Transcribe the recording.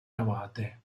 navate